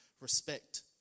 respect